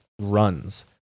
runs